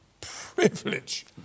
privilege